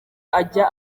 ajya